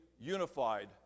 unified